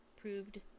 proved